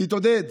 תתעודד.